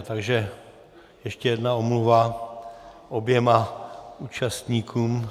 Takže ještě jedna omluva oběma účastníkům.